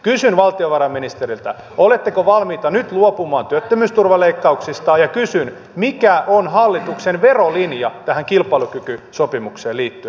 kysyn valtiovarainministeriltä oletteko valmiita nyt luopumaan työttömyysturvaleikkauksista ja kysyn mikä on hallituksen verolinja tähän kilpailukykysopimukseen liittyen